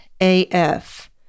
AF